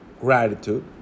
gratitude